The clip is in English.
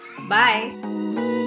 Bye